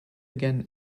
again